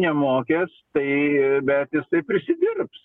nemokęs tai bet jisai prisidirbs